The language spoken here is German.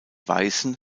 weißen